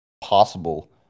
possible